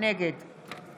נגד